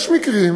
יש מקרים